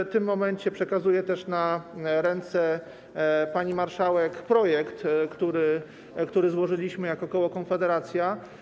W tym momencie przekazuję też na ręce pani marszałek projekt, który złożyliśmy jako koło Konfederacja.